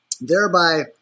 Thereby